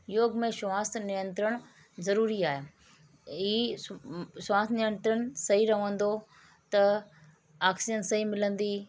योग में श्वास नियंत्रण ज़रूरी आहे ई श्वास नियंत्रण सही रहंदो त ऑक्सीजन सही मिलंदी